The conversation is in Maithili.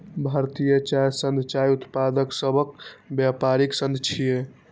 भारतीय चाय संघ चाय उत्पादक सभक व्यापारिक संघ छियै